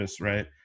right